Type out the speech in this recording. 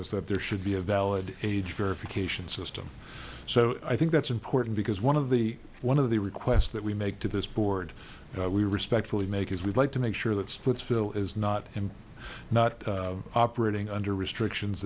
is that there should be a valid age verification system so i think that's important because one of the one of the requests that we make to this board we respectfully make is we'd like to make sure that splitsville is not and not operating under restrictions